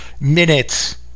minutes